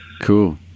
Cool